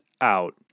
out